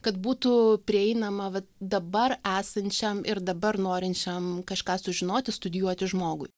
kad būtų prieinama vat dabar esančiam ir dabar norinčiam kažką sužinoti studijuoti žmogui